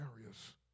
areas